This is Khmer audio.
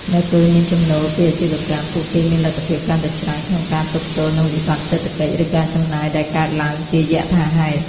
នៅពេលមានចំណូលពីអាជីវកម្ម ពួកគេមានលទ្ធភាពកាន់តែច្រើនក្នុងការទប់ទល់នឹងវិបត្តិសេដ្ឋកិច្ច ឬការចំណាយដែលកើតឡើងជាយថាហេតុ។